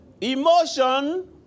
Emotion